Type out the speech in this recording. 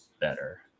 better